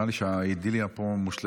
נראה לי שהאידיליה פה מושלמת.